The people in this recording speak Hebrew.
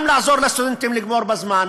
גם לעזור לסטודנטים לגמור בזמן,